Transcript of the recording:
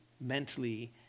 mentally